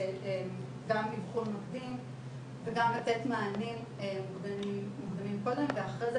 אבחון מקדים וגם לתת מענים מוקדמים ואחרי זה,